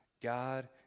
God